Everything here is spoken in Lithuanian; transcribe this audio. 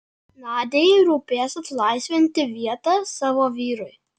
nadiai rūpės atlaisvinti vietą savo vyrui